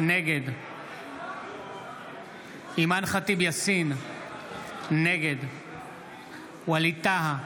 נגד אימאן ח'טיב יאסין, נגד ווליד טאהא,